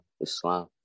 Islam